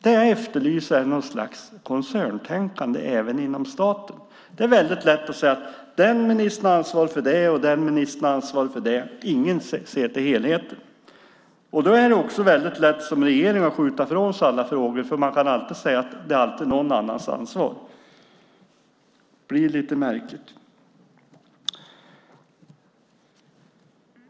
Jag efterlyser något slags koncerntänkande även inom staten. Det är lätt att säga att den ministern har ansvaret för det, och den ministern har ansvaret för det. Ingen ser till helheten. Då är det lätt som regeringen gör att skjuta ifrån sig alla frågor. Man kan alltid säga att det är någon annans ansvar. Det blir lite märkligt.